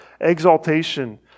exaltation